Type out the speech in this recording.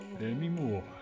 anymore